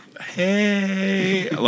hey